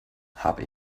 habe